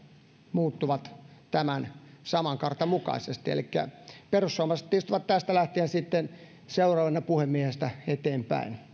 muuttuvat tämän saman kartan mukaisesti elikkä perussuomalaiset istuvat tästä lähtien seuraavana puhemiehestä eteenpäin